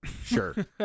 Sure